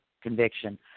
conviction